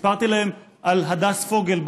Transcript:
סיפרתי להם על הדס פוגל,